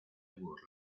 burla